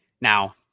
Now